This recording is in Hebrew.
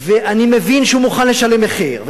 ואני מבין שהוא מוכן לשלם מחיר.